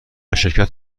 شرکت